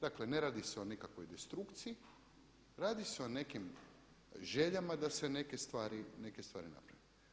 Dakle, ne radi se o nikakvoj destrukciji, radi se o nekim željama da se neke stvari naprave.